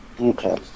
Okay